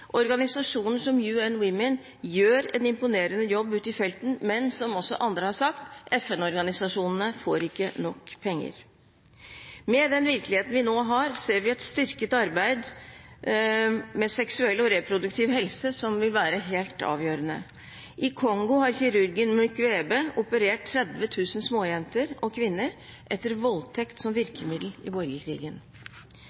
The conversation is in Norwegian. Organisasjoner som UN Women gjør en imponerende jobb ute i felten. Men som også andre har sagt: FN-organisasjonene får ikke nok penger. Med den virkeligheten vi nå har, ser vi et styrket arbeid med seksuell og reproduktiv helse som vil være helt avgjørende. I Kongo har kirurgen Mukwege operert 30 000 småjenter og kvinner etter voldtekt som